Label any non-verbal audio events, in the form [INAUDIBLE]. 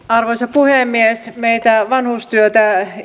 [UNINTELLIGIBLE] arvoisa puhemies meitä vanhustyötä